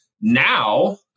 Now